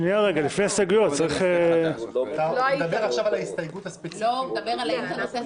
תצביעו על ההסתייגות ותפילו אותה.